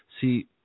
See